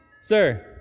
Sir